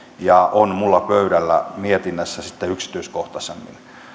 ja on minulla pöydällä mietinnässä sitten yksityiskohtaisemmin